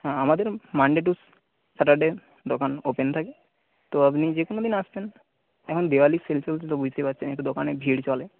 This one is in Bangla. হ্যাঁ আমাদের মানডে টু স্যাটারডে দোকান ওপেন থাকে তো আপনি যে কোনো দিন আসবেন এখন দেওয়ালির সেল চলছে তো বুঝতেই পারছেন একটু দোকানে ভিড় চলে